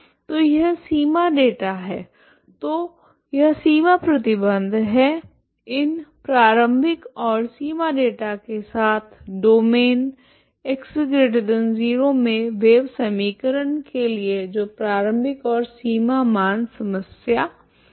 तो यह सीमा डेटा है तो यह सीमा प्रतिबंध हैं इन प्रारंभिक और सीमा डेटा के साथ डोमैन x0 में वेव समीकरण के लिए जो प्रारंभिक और सीमा मान समस्या बनाते है